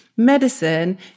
Medicine